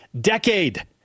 decade